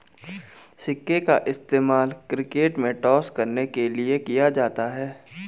सिक्के का इस्तेमाल क्रिकेट में टॉस करने के लिए किया जाता हैं